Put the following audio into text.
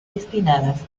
destinadas